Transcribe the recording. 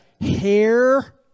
hair